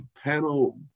panel